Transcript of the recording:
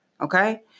Okay